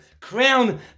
crown